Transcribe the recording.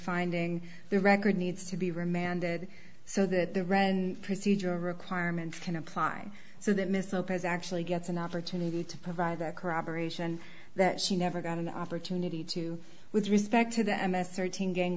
finding the record needs to be remanded so that the red and procedural requirements can apply so that missile pres actually gets an opportunity to provide that corroboration that she never got an opportunity to with respect to the m s thirteen gang